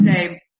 say